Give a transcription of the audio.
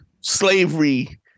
slavery